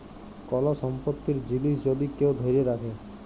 call সম্পত্তির জিলিস যদি কেউ ধ্যইরে রাখে